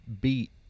beat